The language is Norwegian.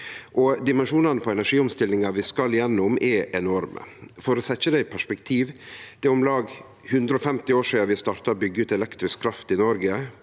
Dimensjonane på energiomstillinga vi skal gjennom, er enorme. For å setje det i perspektiv: Det er om lag 150 år sidan vi starta å byggje ut elektrisk kraft i Noreg.